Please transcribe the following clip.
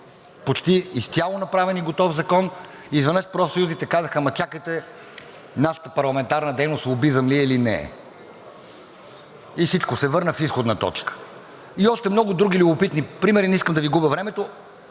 почти изцяло направен и готов закон, изведнъж профсъюзите казаха: ама, чакайте, нашата парламентарна дейност лобизъм ли е, или не е? И всичко се върна в изходна точка. Има още много други любопитни примери, но не искам да Ви губя времето.